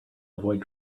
avoid